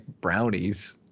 brownies